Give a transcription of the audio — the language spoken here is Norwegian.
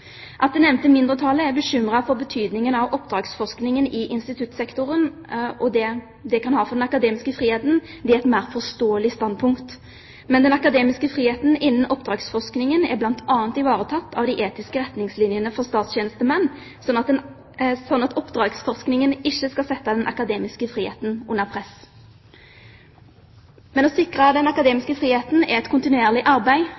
At det nevnte mindretallet er bekymret for betydningen oppdragsforskningen i instituttsektoren kan ha for den akademiske friheten, er et mer forståelig standpunkt. Men den akademiske friheten innen oppdragsforskningen er bl.a. ivaretatt av de etiske retningslinjene for statstjenestemenn, slik at oppdragsforskning ikke skal sette den akademiske friheten under press. Å sikre den akademiske friheten er kontinuerlig arbeid,